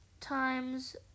times